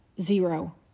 zero